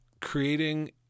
creating